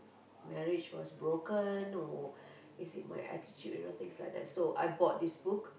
marriage was broken or is it my attitude you know things like that so I bought this book